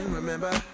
remember